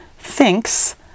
Thinks